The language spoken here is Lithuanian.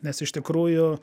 nes iš tikrųjų